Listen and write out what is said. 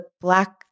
black